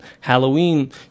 Halloween